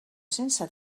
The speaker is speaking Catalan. sense